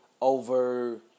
over